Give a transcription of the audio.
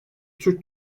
türk